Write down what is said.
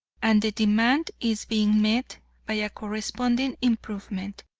and the demand is being met by a corresponding improvement.